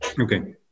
Okay